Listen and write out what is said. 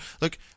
Look